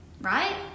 right